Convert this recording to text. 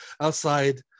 outside